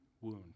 wound